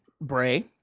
Bray